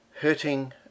hurting